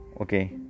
Okay